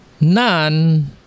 none